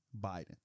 Biden